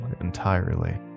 entirely